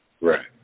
right